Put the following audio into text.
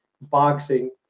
boxing